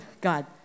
God